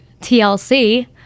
TLC